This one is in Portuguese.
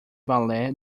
balé